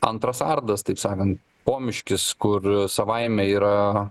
antras ardas taip sakant pomiškis kur savaime yra